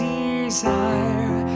desire